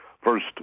first